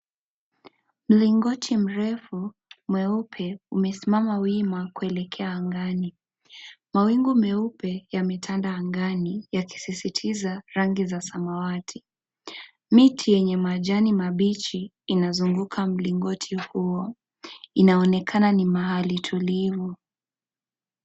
Mlingoti mrefu mweupe umesimama wima kuelekea angani. Mawingu meupe yametanda angani yakisisitiza rangi za samawati, miti yenye majani mabichi inasunguka mlingoti huo inaonekana ni mahali tulivu.